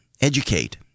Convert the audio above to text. educate